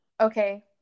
Okay